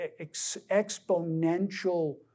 exponential